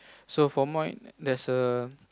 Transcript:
so for mine there's a